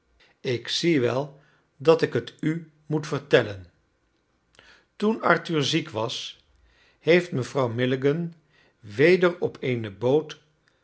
ik zie wel dat ik het u moet vertellen toen arthur ziek was heeft mevrouw milligan weder op eene boot